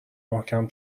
محکم